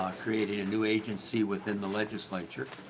ah creating a new agency within the legislature.